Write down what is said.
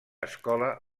escola